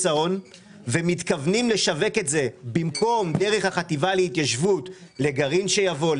האון ומתכוונים לשווק את זה במקום דרך החטיבה להתיישבות לגרעין שיבוא,